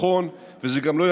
זה לא נכון,